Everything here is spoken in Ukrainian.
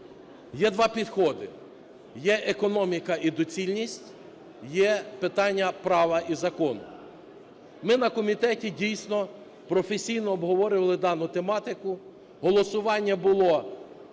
Є два підходи: є економіка і доцільність, є питання права і закону. Ми на комітеті, дійсно, професійно обговорювали дану тематику. Голосування було,